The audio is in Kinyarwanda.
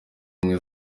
ubumwe